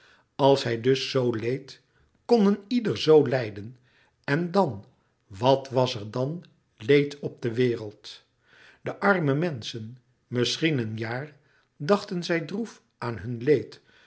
als hij dus zoo leed kon een ieder zoo lijden en dan w a t w a s e r d a n l e e d op de wereld de arme menschen misschien een jaar dachten zij droef aan hun leed